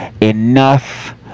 enough